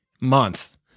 month